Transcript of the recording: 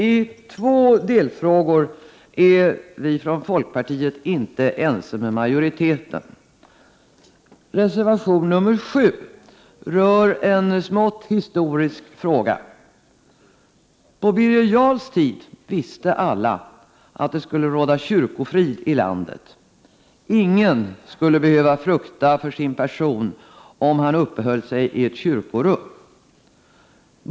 I två delfrågor är vi från folkpartiet inte ense med majoriteten. Reservation nr 7 rör en smått historisk fråga. På Birger Jarls tid visste alla att det skulle råda kyrkofrid i landet. Ingen skulle behöva frukta för sin person om han uppehöll sig i ett kyrkorum.